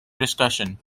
discussion